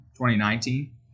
2019